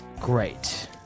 Great